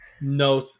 no